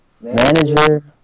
Manager